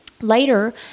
Later